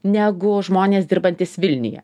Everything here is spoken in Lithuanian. negu žmonės dirbantys vilniuje